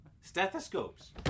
stethoscopes